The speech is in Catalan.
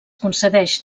concedeix